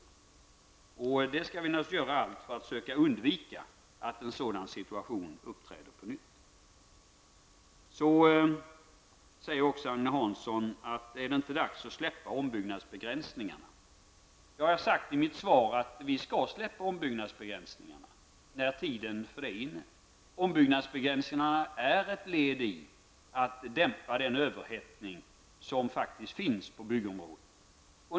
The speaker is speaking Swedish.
Vi skall naturligtvis göra allt för att söka undvika att en sådan situation uppträder på nytt. Agne Hansson undrar också om det inte är dags att släppa ombyggnadsbegränsningarna. Jag har sagt i mitt svar att vi skall släppa ombyggnadsbegränsningarna när tiden för det är inne. Ombyggnadsbegränsningarna är ett led i att dämpa den överhettning som faktiskt finns på byggområdet.